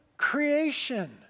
creation